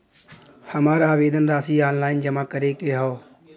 हमार आवेदन राशि ऑनलाइन जमा करे के हौ?